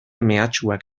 mehatxuak